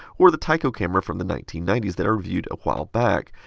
or the tyco camera from the nineteen ninety s that i reviewed a while back.